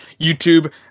YouTube